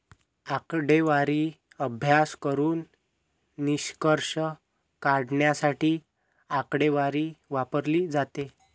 आकडेवारीचा अभ्यास करून निष्कर्ष काढण्यासाठी आकडेवारी वापरली जाते